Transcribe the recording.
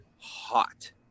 hot